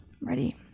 Ready